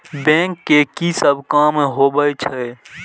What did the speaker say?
Bank के की सब काम होवे छे?